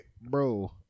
bro